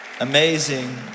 Amazing